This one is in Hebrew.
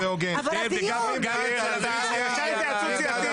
אבל הדיון --------- אפשר התייעצות סיעתית?